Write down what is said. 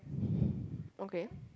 okay